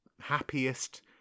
happiest